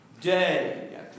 day